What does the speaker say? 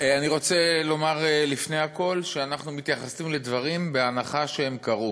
אני רוצה לומר לפני הכול שאנחנו מתייחסים לדברים בהנחה שהם קרו.